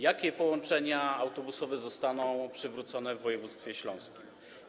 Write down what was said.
Jakie połączenia autobusowe zostaną przywrócone w województwie śląskim?